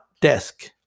desk